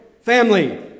Family